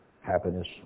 happiness